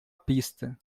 pista